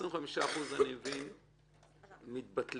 ה-25% אני מבין שמתבטלים,